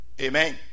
Amen